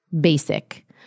basic